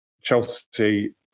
Chelsea